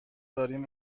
داریم